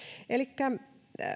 elikkä